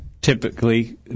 typically